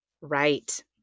Right